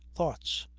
thoughts.